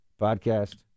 podcast